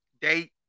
date